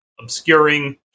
obscuring